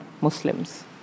Muslims